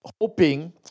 hoping